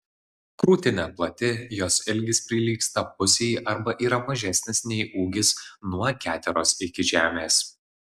krūtinė plati jos ilgis prilygsta pusei arba yra mažesnis nei ūgis nuo keteros iki žemės